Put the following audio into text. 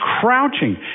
crouching